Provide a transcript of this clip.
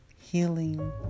healing